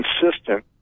consistent